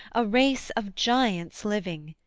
a race of giants living,